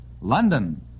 London